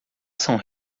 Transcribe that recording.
são